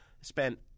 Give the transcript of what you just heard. spent